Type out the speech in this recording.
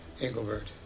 Engelbert